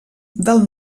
del